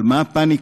על מה הפניקה?